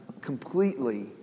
completely